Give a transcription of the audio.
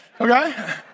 Okay